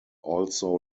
also